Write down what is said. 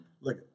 Look